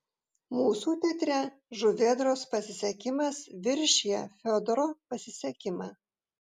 mūsų teatre žuvėdros pasisekimas viršija fiodoro pasisekimą